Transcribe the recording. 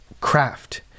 craft